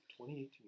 2018